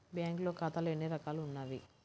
బ్యాంక్లో ఖాతాలు ఎన్ని రకాలు ఉన్నావి?